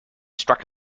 struck